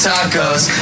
Tacos